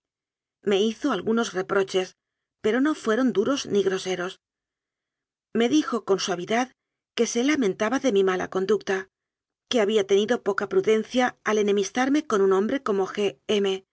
me hizo algunos reproches pero no fueron duros ni groseros me dijo con suavidad que se lamentaba de mi mala conducta que había tenido poca prudencia al enemistarme con un hom bre como